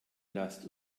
lasst